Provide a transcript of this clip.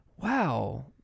wow